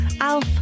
Alf